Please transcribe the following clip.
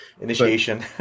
Initiation